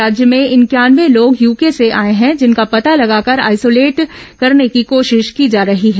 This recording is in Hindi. राज्य में इंक्यानवे लोग यूके से आए हैं जिनका पता लगाकर आइसोलेट करने की कोशिश की जा रही है